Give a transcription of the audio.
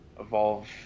evolve